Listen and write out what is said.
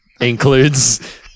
includes